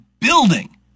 building